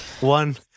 One